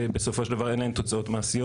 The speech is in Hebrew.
שבסופו של דבר אין להן תוצאות מעשיות,